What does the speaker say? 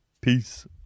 Peace